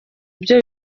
byo